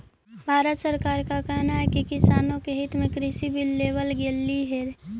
भारत सरकार का कहना है कि किसानों के हित में कृषि बिल लेवल गेलई हे